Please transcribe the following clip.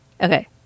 Okay